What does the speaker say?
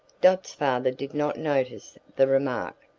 dot's father did not notice the remark,